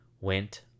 went